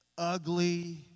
Ugly